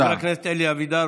חבר הכנסת אלי אבידר,